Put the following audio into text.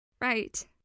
Right